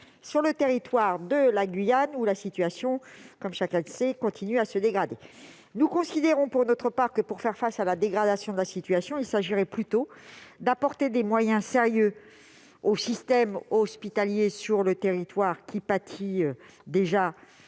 sur le territoire de la Guyane, où la situation continue de se dégrader. Nous considérons pour notre part que, pour faire face à la dégradation de la situation, il faudrait plutôt apporter des moyens sérieux au système hospitalier de ce territoire, qui pâtissait déjà